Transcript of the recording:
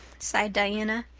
sighed diana.